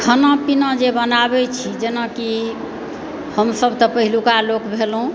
खाना पीना जे बनाबय छी जेनाकि हमसब तऽ पहिलुका लोक भेलहुँ